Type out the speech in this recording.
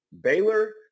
Baylor